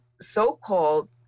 so-called